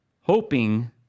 hoping